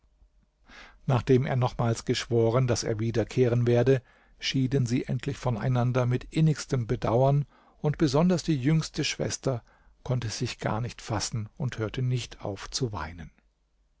nachdem er nochmals geschworen daß er wiederkehren werde schieden sie endlich voneinander mit innigstem bedauern und besonders die jüngste schwester konnte sich gar nicht fassen und hörte nicht auf zu weinen